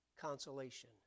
Consolation